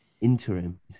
Interim